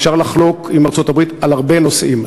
אפשר לחלוק על ארצות-הברית בהרבה נושאים,